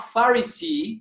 Pharisee